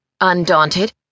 undaunted